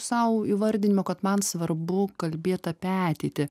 sau įvardinimo kad man svarbu kalbėt apie ateitį